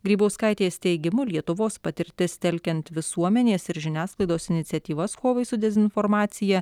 grybauskaitės teigimu lietuvos patirtis telkiant visuomenės ir žiniasklaidos iniciatyvas kovai su dezinformacija